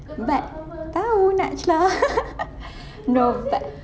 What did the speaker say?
but tahu naj lah no but